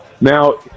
Now